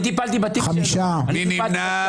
מי נמנע?